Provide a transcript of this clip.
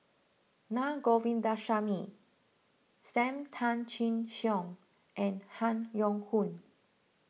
Na Govindasamy Sam Tan Chin Siong and Han Yong Hong